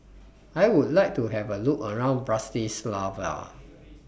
I Would like to Have A Look around Bratislava